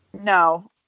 No